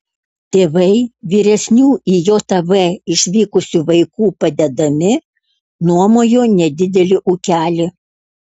tėvai vyresnių į jav išvykusių vaikų padedami nuomojo nedidelį ūkelį